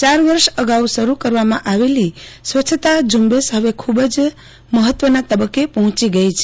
ચાર વર્ષ અગાઉ શરૂ કરવામાં આવેલી સ્વચ્છતા ઝુંબેશ હવે ખુબ મહત્વના તબક્કે પહોંચી ગઈ છે